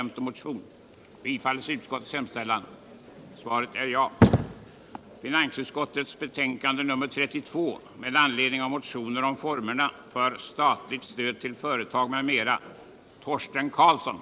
Mot denna bakgrund är det förvånansvärt att utskottsmajoriteten avstyrker motionen, som syftar till ett tillkännagivande till regeringen. Herr talman! Jag ber att få yrka bifall till reservationen.